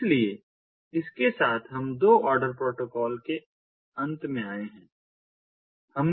इसलिए इसके साथ हम दो ऑर्डर प्रोटोकॉल के अंत में आए हैं